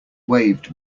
waved